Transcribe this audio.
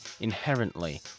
inherently